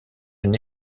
une